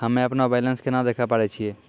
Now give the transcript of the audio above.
हम्मे अपनो बैलेंस केना देखे पारे छियै?